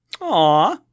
Aw